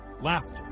laughter